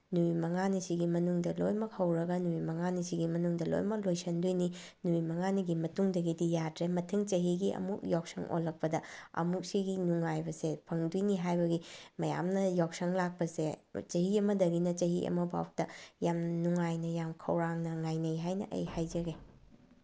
ꯅꯨꯃꯤꯠ ꯃꯉꯥꯅꯤꯁꯤꯒꯤ ꯃꯅꯨꯡꯗ ꯂꯣꯏꯃꯛ ꯍꯧꯔꯒ ꯅꯨꯃꯤꯠ ꯃꯉꯥꯅꯤꯁꯤꯒꯤ ꯃꯅꯨꯡꯗ ꯂꯣꯏꯃꯛ ꯂꯣꯏꯁꯤꯟꯗꯣꯏꯅꯤ ꯅꯨꯃꯤꯠ ꯃꯉꯥꯅꯤꯒꯤ ꯃꯇꯨꯡꯗꯒꯤꯗꯤ ꯌꯥꯗ꯭ꯔꯦ ꯃꯊꯪ ꯆꯍꯤꯒꯤ ꯑꯃꯨꯛ ꯌꯥꯎꯁꯪ ꯑꯣꯜꯂꯛꯄꯗ ꯑꯃꯨꯛ ꯁꯤꯒꯤ ꯅꯨꯡꯉꯥꯏꯕꯁꯦ ꯐꯪꯗꯣꯏꯅꯤ ꯍꯥꯏꯕꯒꯤ ꯃꯌꯥꯝꯅ ꯌꯥꯎꯁꯪ ꯂꯥꯛꯄꯁꯦ ꯆꯍꯤ ꯑꯃꯗꯒꯤꯅ ꯑꯃꯕꯥꯎꯗ ꯌꯥꯝ ꯅꯨꯡꯉꯥꯏꯅ ꯌꯥꯝ ꯈꯧꯔꯥꯡꯅ ꯉꯥꯏꯅꯩ ꯍꯥꯏꯅ ꯑꯩ ꯍꯥꯏꯖꯒꯦ